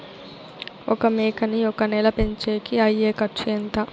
ఒక మేకని ఒక నెల పెంచేకి అయ్యే ఖర్చు ఎంత?